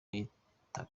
yitaba